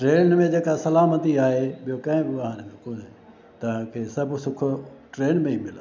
train में जेका सलामती आहे ॿियों कंहिं बि कोने तांखे सुख ट्रेन में ई मिलंदा